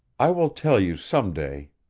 i will tell you some day,